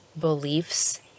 beliefs